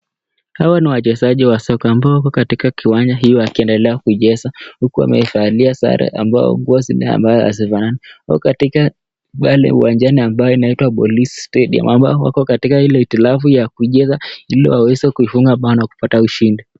Hawa ni wachezaji wa soka mabao wako katika kiwanja hii wakiendelea kucheza, huku wamevalia sare ambayo ni nguo ambazo hazifanani, wako katika pale uwanjani ambayo inaitwa police stadium ambayo wako katika hitilafu ya kucheza, ili waweze kufunga mbao ili wapate ushindi.